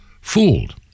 fooled